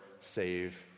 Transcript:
save